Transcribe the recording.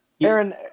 Aaron